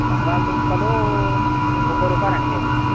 బంగాళదుంపలు ముప్పై రూపాయలు అండి కేజీ